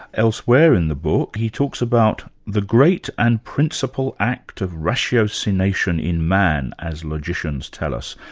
elsewhere in the book he talks about the great and principal act of ratiocination in man as logicians tell us,